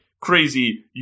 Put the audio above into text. crazy